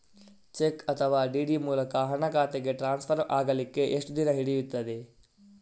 Check ಅಥವಾ DD ಮೂಲಕ ಹಣ ಖಾತೆಗೆ ಟ್ರಾನ್ಸ್ಫರ್ ಆಗಲಿಕ್ಕೆ ಎಷ್ಟು ದಿನ ಹಿಡಿಯುತ್ತದೆ?